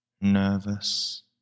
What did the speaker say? nervous